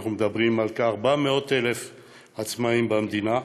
אנחנו מדברים על כ-400,000 עצמאים במדינה,